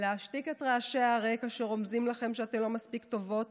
להשתיק את רעשי הרקע שרומזים לכן שאתן לא מספיק טובות